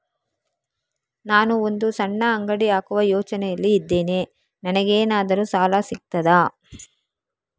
ನಾನು ಒಂದು ಸಣ್ಣ ಅಂಗಡಿ ಹಾಕುವ ಯೋಚನೆಯಲ್ಲಿ ಇದ್ದೇನೆ, ನನಗೇನಾದರೂ ಸಾಲ ಸಿಗ್ತದಾ?